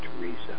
Teresa